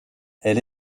elle